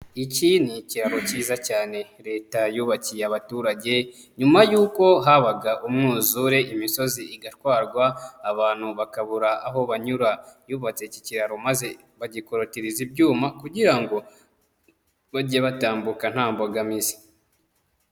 Iki ni ikiraro kiza cyane Leta yubakiye abaturage nyuma yuko habaga umwuzure imisozi igatwarwa abantu bakabura aho banyura, yubatse iki kiraro maze bagikorotiriza ibyuma kugira ngo bage batambuka nta mbogamizi.